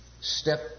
Step